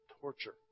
torture